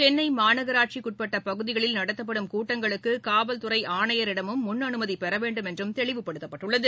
சென்னை மாநனாட்சிக்குட்பட்ட பகுதிகளில் நடத்தப்படும் கூட்டங்களுக்கு காவல்துறை ஆணையரிடமும் ழுன் அனுமதி பெறவேண்டும் என்று தெளிவுப்படுத்தப்பட்டுள்ளது